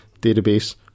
database